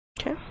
Okay